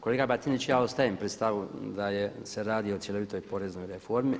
Kolega Batinić ja ostajem pri stavu da se radi o cjelovitoj poreznoj reformi.